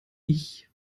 ich